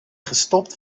gestopt